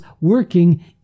working